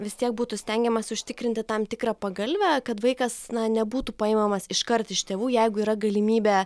vis tiek būtų stengiamasi užtikrinti tam tikrą pagalvę kad vaikas nebūtų paimamas iškart iš tėvų jeigu yra galimybė